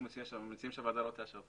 אנחנו מציעים שהוועדה לא תאשר את